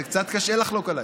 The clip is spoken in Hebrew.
זה קצת קשה לחלוק עליי.